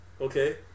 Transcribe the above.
okay